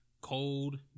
Cold